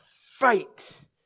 fight